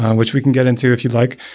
which we can get into if you'd like.